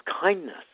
kindness